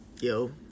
Yo